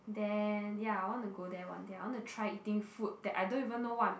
then ya I want to go there one day I want to try eating food that I don't even know what I'm